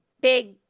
big